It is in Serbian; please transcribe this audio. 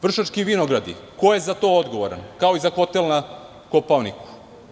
Vršački vinogradi“, ko je za to odgovoran, kao i za hotel na Kopaoniku?